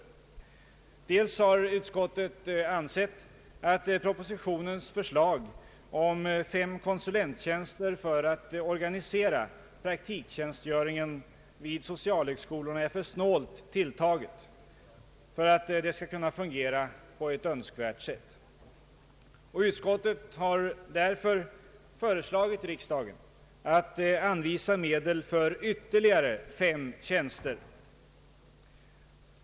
För det första har utskottet ansett att propositionens förslag om fem konsulenttjänster för att organisera praktiktjänstgöringen vid socialhögskolorna är för snålt tilltaget för att det skall fungera på önskvärt sätt, och utskottet har därför föreslagit riksdagen att anvisa medel för ytterligare fem tjänster.